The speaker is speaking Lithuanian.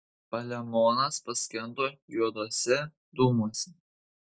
palemonas paskendo juoduose dūmuose